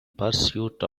pursuit